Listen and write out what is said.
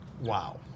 Wow